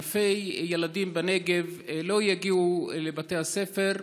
אלפי ילדים בנגב לא יגיעו לבתי הספר,